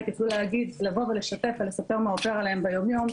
יכלו לבוא ולשתף ולספר מה עובר עליהם ביום-יום,